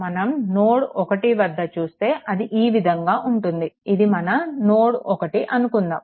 మనం నోడ్ 1 వద్ద చూస్తే అది ఈ విధంగా ఉంటుంది ఇది మన నోడ్ 1 అనుకుందాం